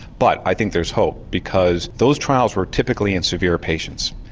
but i think there's hope because those trials were typically in severe patients.